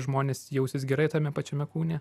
žmonės jausis gerai tame pačiame kūne